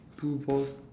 two balls